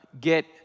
get